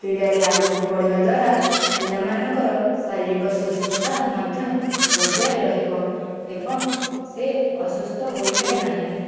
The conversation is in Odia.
କ୍ରୀଡ଼ାରେ ଆଗକୁ ବଢ଼ିବା ଦ୍ଵାରା ପିଲାମାନଙ୍କର ଶାରୀରିକ ସୁସ୍ଥତା ମଧ୍ୟ ବଜାଏ ରହିବ ଏବଂ ସିଏ ଅସୁସ୍ଥ ହୋଇବେ ନାହିଁ